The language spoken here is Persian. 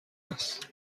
است